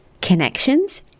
connections